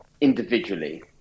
individually